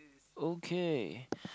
okay